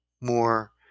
more